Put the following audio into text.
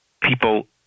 people